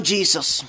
Jesus